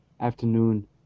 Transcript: afternoon